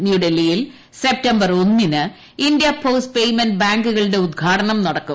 ന്യൂഡൽഹിയിൽ സെപ്തംബർ ഒന്നിന് India post payment ബാങ്കുകളുടെ ഉദ്ഘാടനം നടക്കും